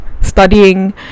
studying